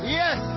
yes